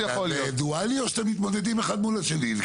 זה דואלי או שאתם מתמודדים אחד מול השני?